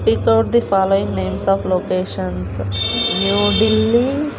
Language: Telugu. speak out the following names of locations new Delhi